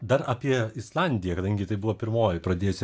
dar apie islandiją kadangi tai buvo pirmoji pradėjusi